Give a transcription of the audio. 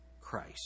Christ